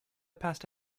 passed